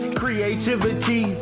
creativity